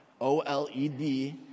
OLED